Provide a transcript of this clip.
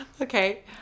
Okay